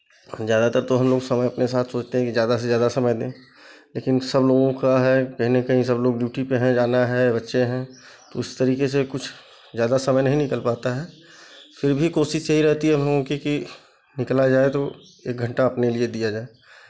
ज़्यादातर तो हम लोग समय अपने साथ सोचते हैं की ज़्यादा से ज़्यादा समय दें लेकिन सब लोगों का है कहीं ना कहीं सब लोग ड्यूटी पे हैं जाना है बच्चे हैं तो उस तरीके से कुछ ज़्यादा समय नहीं निकल पाता है फिर भी कोशिश यही रहती है हम लोगों की कि निकला जाए तो एक घंटा अपने लिए दिया जाए